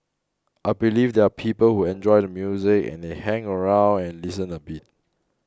I believe there are people who enjoy the music and they hang around and listen a bit